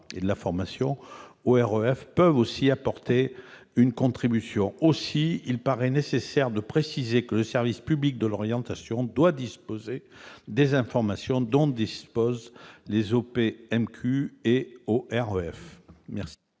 Par ailleurs, les OREF peuvent aussi apporter une contribution. Aussi, il apparaît nécessaire de préciser que le service public de l'orientation doit disposer des informations dont disposent les OPMQ et les OREF. Quel